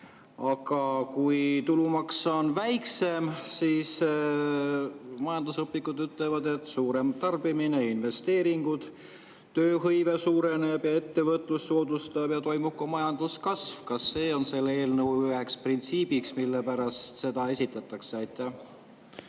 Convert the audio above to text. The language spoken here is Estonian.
Aga kui tulumaks on väiksem, siis on, nagu majandusõpikud ütlevad, suurem tarbimine ja investeeringud, tööhõive suureneb ja see soodustab ettevõtlust ning toimub ka majanduskasv. Kas see on selle eelnõu üks printsiip, mille pärast seda esitatakse?